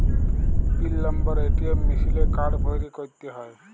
পিল number ATM মিশিলে card ভ্যইরে ক্যইরতে হ্যয়